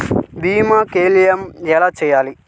భీమ క్లెయిం ఎలా చేయాలి?